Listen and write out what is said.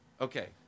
Okay